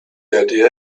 idea